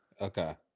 Okay